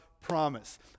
promise